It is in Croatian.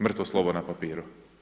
Mrtvo slovo na papiru.